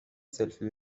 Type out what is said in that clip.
سلفی